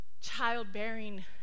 childbearing